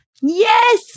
Yes